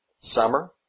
summer